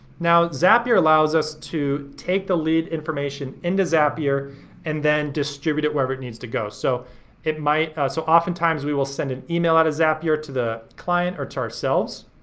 now zapier allows us to take the lead information into zapier and then distribute it wherever it needs to go. so it might, so often times we will send an email out of zapier to the client or to ourselves.